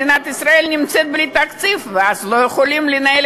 מדינת ישראל נמצאת בלי תקציב ואז לא יכולים לנהל